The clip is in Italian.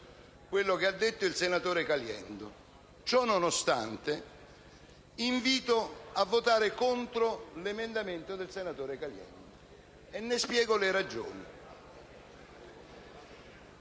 tutto quanto detto dal senatore Caliendo. Ciò nonostante, invito a votare contro l'emendamento del senatore Caliendo, e ne spiego le ragioni.